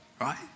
right